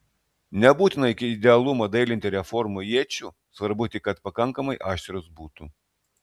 nebūtina iki idealumo dailinti reformų iečių svarbu tik kad pakankamai aštrios būtų